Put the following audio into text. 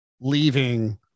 leaving